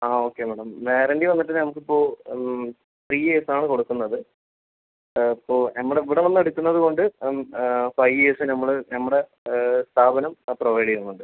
ആ okay madam warranty വന്നിട്ട് നമ്മൾക്ക് ഇപ്പോൾ ത്രീ ഇയേർസ് ആണ് കൊടുക്കുന്നത് ഇപ്പം നമ്മുടെ ഇവിടെ വന്ന് എടുക്കുന്നതുകൊണ്ട് ഫൈവ് ഇയേർസ് നമ്മൾ നമ്മുടെ സ്ഥാപനം പ്രൊവൈഡ് ചെയ്യുന്നുണ്ട്